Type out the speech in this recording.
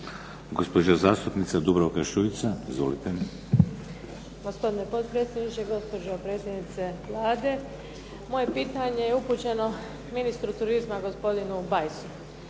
Gospodine potpredsjedniče, gospođo potpredsjednice Vlade. Moje pitanje je upućeno ministru turizma, gospodinu Bajsu.